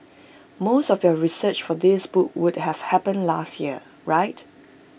most of your research for this book would have happened last year right